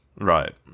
right